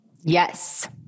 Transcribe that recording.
Yes